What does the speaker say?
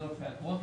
תעודות ואגרות),